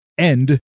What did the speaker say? end